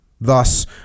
Thus